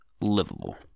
livable